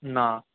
না